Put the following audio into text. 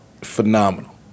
phenomenal